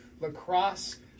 lacrosse